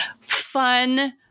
fun